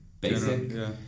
basic